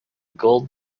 gold